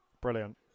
Brilliant